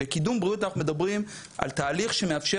בקידום הבריאות אנחנו מדברים על תהליך שמאפשר